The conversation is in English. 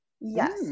Yes